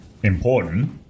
Important